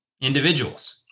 individuals